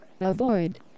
Avoid